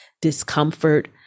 discomfort